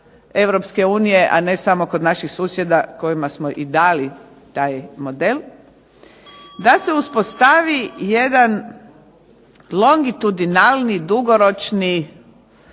Europske unije, a ne samo kod naših susjeda kojima smo i dali taj model, da se uspostavi jedan longitudinalni dugoročni